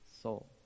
soul